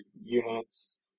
units